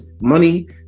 money